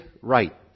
right